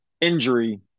injury